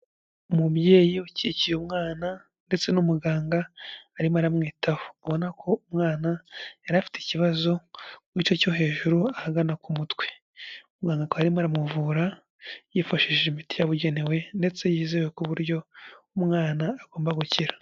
Umubyeyi ukikiye umwana ndetse n'umuganga arimo aramwitaho, ubona ko umwana yari afite ikibazo mu gice cyo hejuru ahagana ku mutwe, muganga akaba arimo aramuvura yifashishije imiti yabugenewe ndetse yizewe ku buryo umwana agomba gukira.